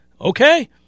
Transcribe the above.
Okay